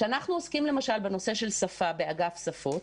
כשאנו עוסקים בנושא של שפה באגף שפות,